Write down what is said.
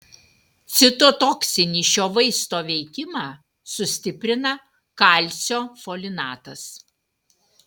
citotoksinį šio vaisto veikimą sustiprina kalcio folinatas